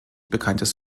bekanntes